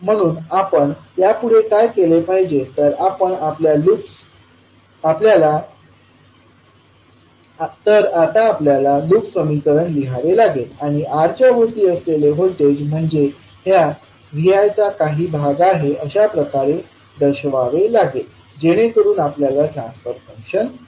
म्हणून आपण पुढे काय केले पाहिजे तर आता आपल्याला लूप समीकरण लिहावे लागेल आणि R च्या भोवती असलेले व्होल्टेज म्हणजे ह्या Vi चा काही भाग आहे अशा प्रकारे दर्शवावे लागेल जेणेकरुन आपल्याला ट्रान्सफर फंक्शन मिळेल